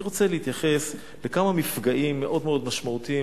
אני רוצה להתייחס לכמה מפגעים מאוד מאוד משמעותיים